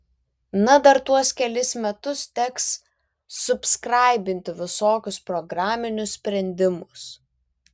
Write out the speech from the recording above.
na dar tuos kelis metus teks subskraibinti visokius programinius sprendimus